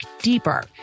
deeper